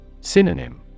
Synonym